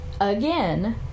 again